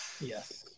Yes